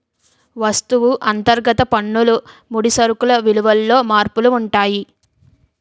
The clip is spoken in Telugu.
వస్తువు అంతర్గత పన్నులు ముడి సరుకులు విలువలలో మార్పులు ఉంటాయి